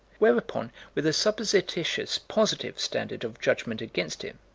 whereupon, with a supposititious positive standard of judgment against him,